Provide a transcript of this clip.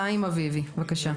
אביבי, בבקשה.